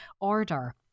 order